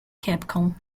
capcom